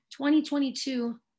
2022